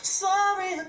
sorry